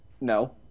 no